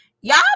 y'all